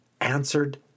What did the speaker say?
answered